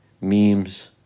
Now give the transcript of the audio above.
Memes